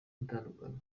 gutandukana